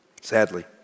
sadly